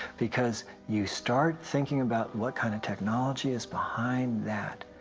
because you start thinking about, what kind of technology is behind that.